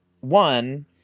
one